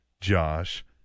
Josh